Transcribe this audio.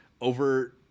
over